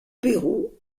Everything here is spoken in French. pérou